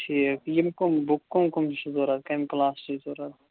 ٹھیٖک یِم کُم بُک کُم کُم چھِ ضوٚرتھ کمہِ کلاس چہِ چھِ ضوٚرتھ